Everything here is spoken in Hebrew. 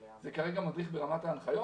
זה כרגע מדריך ברמת ההנחיות.